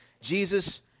Jesus